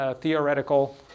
theoretical